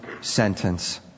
sentence